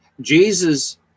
jesus